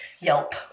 Yelp